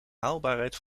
haalbaarheid